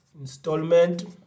installment